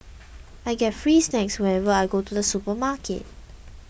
I get free snacks whenever I go to the supermarket